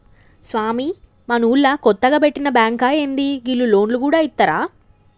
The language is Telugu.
స్వామీ, మనూళ్ల కొత్తగ వెట్టిన బాంకా ఏంది, గీళ్లు లోన్లు గూడ ఇత్తరా